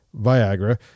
Viagra